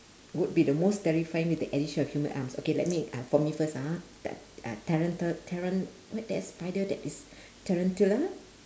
would be the most terrifying with the addition of human arms okay let me uh for me first ah ha t~ uh taranta~ taran~ what that spider that is tarantula